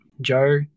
Joe